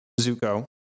Zuko